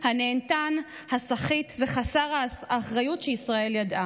הנהנתן, הסחיט וחסר האחריות שישראל ידעה,